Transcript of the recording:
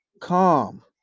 calm